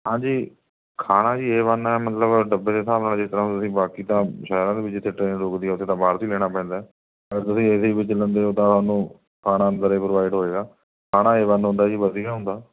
ਹਾਂਜੀ ਖਾਣਾ ਜੀ ਏ ਵੰਨ ਹੈ ਮਤਲਬ ਡੱਬੇ ਦੇ ਹਿਸਾਬ ਨਾਲ਼ ਜਿਸ ਤਰ੍ਹਾਂ ਤੁਸੀਂ ਬਾਕੀ ਤਾਂ ਸ਼ਹਿਰਾਂ ਦੇ ਵਿੱਚ ਜਿੱਥੇ ਟਰੇਨ ਰੁਕਦੀ ਹੈ ਉੱਥੇ ਤਾਂ ਬਾਹਰ ਦੀ ਲੈਣਾ ਪੈਂਦਾ ਅਗਰ ਤੁਸੀਂ ਏਸੀ ਵਿੱਚ ਲੈਂਦੇ ਹੋ ਤਾਂ ਤੁਹਾਨੂੰ ਖਾਣਾ ਅੰਦਰ ਹੀ ਪ੍ਰੋਵਾਈਡ ਹੋਏਗਾ ਖਾਣਾ ਏ ਵੰਨ ਹੁੰਦਾ ਜੀ ਵਧੀਆ ਹੁੰਦਾ